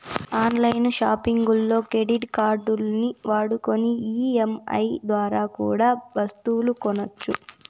on line సాపింగుల్లో credit కార్డుల్ని వాడుకొని ఈ.ఎం.ఐ దోరా కూడా ఒస్తువులు కొనొచ్చు